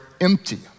empty